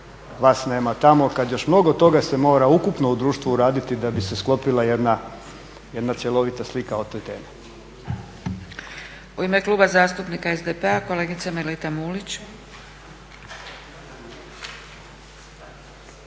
vas nema tamo kad još mnogo toga se mora ukupno u društvu uraditi da bi se sklopila jedna, jedna cjelovita slika o toj temi. **Zgrebec, Dragica (SDP)** U ime Kluba zastupnika SDP-a kolegica Melita Mulić.